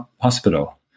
hospital